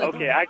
Okay